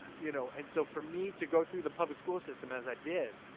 you know, and so for me to go through the public school system as i did,